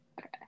okay